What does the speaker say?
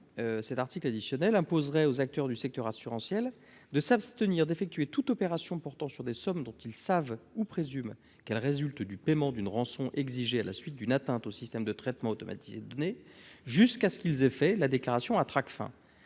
Cet article imposerait aux acteurs du secteur assurantiel de s'abstenir d'effectuer toute opération portant sur des sommes dont ils savent ou présument qu'elles résultent du paiement d'une rançon exigée à la suite d'une atteinte aux systèmes de traitement automatisé de données, jusqu'à ce qu'ils en aient fait la déclaration à Tracfin.